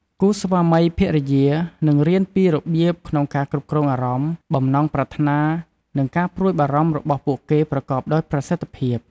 គូស្វាមីភរិយា នឹងរៀនពីរបៀបក្នុងការគ្រប់គ្រងអារម្មណ៍ បំណងប្រាថ្នា និងការព្រួយបារម្ភរបស់ពួកគេប្រកបដោយប្រសិទ្ធភាព។